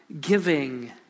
giving